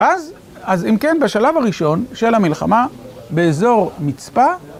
אז, אז אם כן, בשלב הראשון של המלחמה, באזור מצפה...